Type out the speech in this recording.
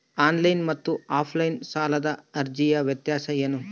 Online ಮತ್ತು offline ಸಾಲದ ಅರ್ಜಿಯ ವ್ಯತ್ಯಾಸ ಏನು?